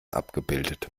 abgebildet